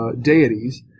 deities